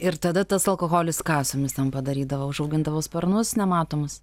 ir tada tas alkoholis ką su jumis ten padarydavo užaugindavo sparnus nematomus